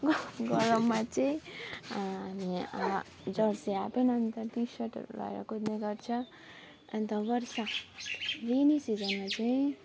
गफ गरममा चाहिँ नि जर्सी हाफ प्यान्ट अन्त टी सर्टहरू लगाएर कुद्ने गर्छ अन्त वर्षा रेनी सिजनमा चाहिँ